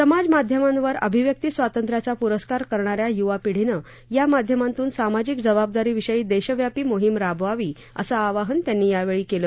समाज माध्यमांवर अभिव्यक्ती स्वातंत्र्याचा प्रस्कार करणाऱ्या यूवा पिढीनं या माध्यमातून सामाजिक जबाबदारीविषयी देशव्यापी मोहीम राबवावी असं आवाहन त्यांनी यावेळी केलं